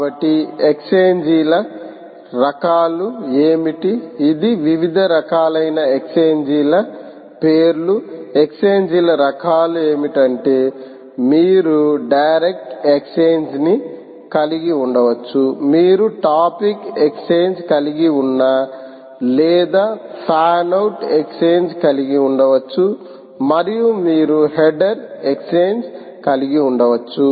కాబట్టి ఎక్స్ఛేంజీల రకాలు ఏమిటి ఇవి వివిధ రకాలైన ఎక్స్ఛేంజీల పేర్లు ఎక్స్ఛేంజీల రకాలు ఏమిటంటే మీరు డైరెక్ట్ ఎక్స్ఛేంజ్ ని కలిగి ఉండవచ్చు మీరు టాపిక్ ఎక్స్ఛేంజ్ కలిగి ఉన్న లేదా ఫ్యాన్ అవుట్ ఎక్స్ఛేంజ్ కలిగి ఉండవచ్చు మరియు మీరు హెడర్ ఎక్స్ఛేంజ్ కలిగి ఉండవచ్చు